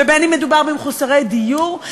ובין אם מדובר במחוסרי דיור,